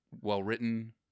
well-written